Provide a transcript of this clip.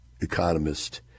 economist